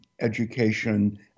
education